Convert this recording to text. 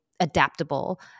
Adaptable